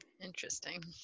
Interesting